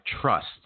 trust